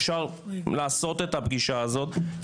אפשר לעשות את הפגישה הזאת,